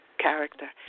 character